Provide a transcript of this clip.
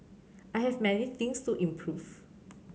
I have many things to improve